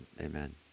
Amen